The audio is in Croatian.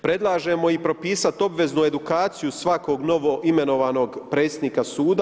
Predlažemo i propisati obveznu edukaciju svakog novo imenovanog predsjednika suda.